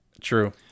True